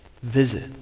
visit